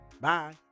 Bye